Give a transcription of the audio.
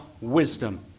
wisdom